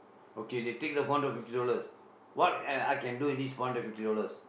okay they take the four hundred fifty dollars what I I can do with this four hundred and fifty dollars